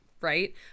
right